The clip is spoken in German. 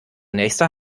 nächster